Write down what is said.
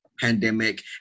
pandemic